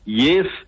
yes